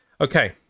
Okay